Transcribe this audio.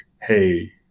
hey